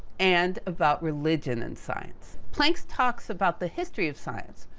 and, about religion and science. planck's talks about the history of science,